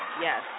Yes